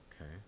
Okay